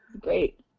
Great